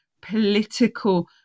political